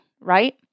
right